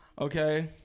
Okay